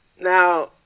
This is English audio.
now